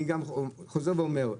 אני חוזר ואומר.